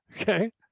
okay